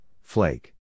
Flake